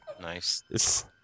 nice